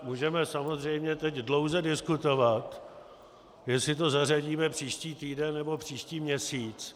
Můžeme samozřejmě teď dlouze diskutovat, jestli to zařadíme příští týden nebo příští měsíc.